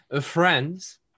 friends